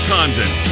Condon